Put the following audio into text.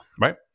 Right